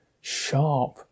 sharp